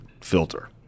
filter